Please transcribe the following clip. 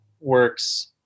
works